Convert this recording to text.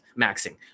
maxing